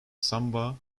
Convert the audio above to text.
samba